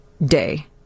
Day